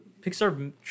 Pixar